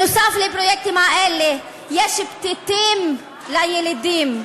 נוסף על הפרויקטים האלה יש פתיתים לילידים,